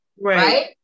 right